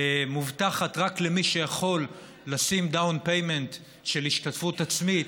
מובטחת רק למי שיכול לשים down payment של השתתפות עצמית,